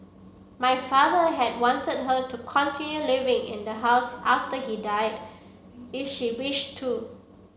my father had wanted her to continue living in the house after he died if she wished to